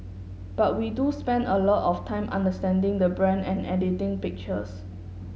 but we do spend a lot of time understanding the brand and editing pictures